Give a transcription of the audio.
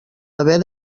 haver